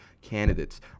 candidates